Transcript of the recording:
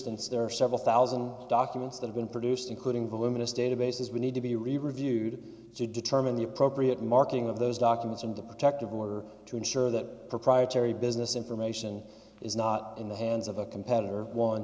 and there are several thousand documents that have been produced including voluminous databases we need to be reviewed to determine the appropriate marking of those documents and the protective order to ensure that proprietary business information is not in the hands of a competitor